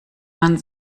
man